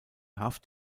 haft